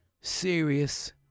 serious